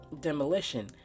demolition